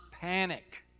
panic